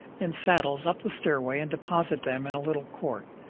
and saddles up the stairway and deposit them in a little court.